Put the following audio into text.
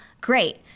great